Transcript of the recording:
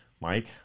Mike